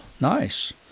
nice